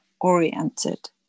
oriented